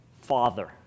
Father